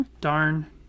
Darn